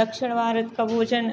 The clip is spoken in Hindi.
दक्षिण भारत का भोजन